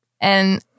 And-